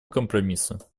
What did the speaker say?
компромисса